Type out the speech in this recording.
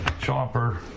chopper